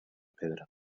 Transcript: pedra